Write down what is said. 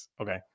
Okay